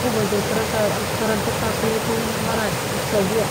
Ku ba zir kəraka karanta ƙakleto wain marantsaguwa